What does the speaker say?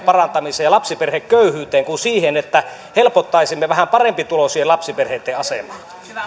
parantamiseen ja lapsiperheköyhyyteen kuin siihen että helpottaisimme vähän parempituloisien lapsiperheitten asemaa